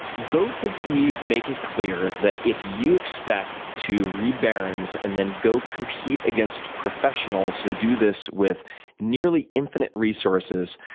both of these make it clear that if you expect to read barons and then go compete against professionals who do this with nearly infinite resources,